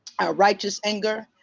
our righteous anger.